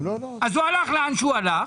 אז הוא הלך לאן שהוא הלך,